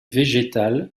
végétales